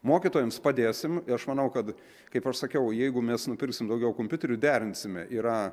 mokytojams padėsim aš manau kad kaip aš sakiau jeigu mes nupirksim daugiau kompiuterių derinsime yra